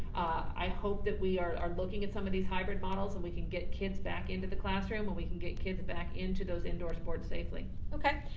i hope that we are looking at some of these hybrid models so and we can get kids back into the classroom where we can get kids back into those indoor sports safely. okay.